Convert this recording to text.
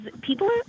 people